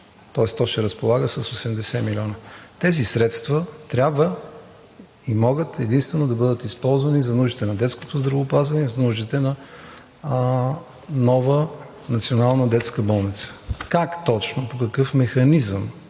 тоест то ще разполага с 80 милиона. Тези средства трябва и могат единствено да бъдат използвани за нуждите на детското здравеопазване и за нуждите на нова Национална детска болница. Как точно, по какъв механизъм,